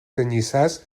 canyissars